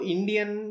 Indian